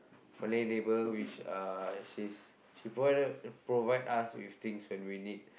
Malay neighbour which uh she's she provided provide us with things when we need